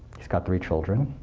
he's got three children,